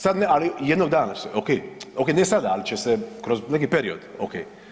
Sad ne, ali jednog dana ok, ok ne sada ali će se kroz neki period ok.